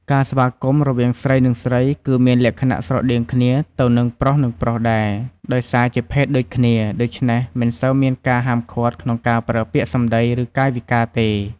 ការស្វាគមន៍រវាងស្រី និងស្រី គឺមានលក្ខណៈស្រដៀងគ្នាទៅនឹងប្រុស និងប្រុសដែរ ដោយសារជាភេទដូចគ្នា ដូច្នេះ មិនសូវមានការហាមឃាត់ក្នុងការប្រើពាក្យសម្ដី ឬ កាយវិការទេ។